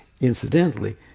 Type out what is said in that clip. incidentally